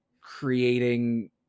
creating